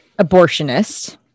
abortionist